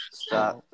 stop